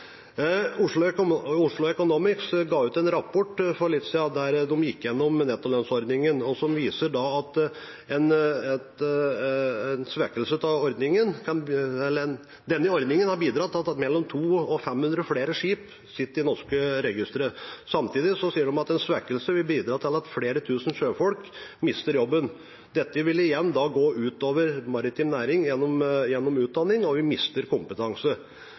Oslo Economics ga ut en rapport for litt siden, der de gikk igjennom nettolønnsordningen, og den viser at denne ordningen har bidratt til at mellom 200 og 500 flere skip er i norske registre. Samtidig sier de at en svekkelse vil bidra til at flere tusen sjøfolk mister jobben. Dette vil igjen gå ut over maritim næring gjennom utdanning, og vi mister kompetanse.